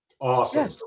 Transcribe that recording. Awesome